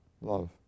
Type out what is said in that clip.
love